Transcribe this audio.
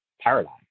paradigm